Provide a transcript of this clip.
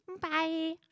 Bye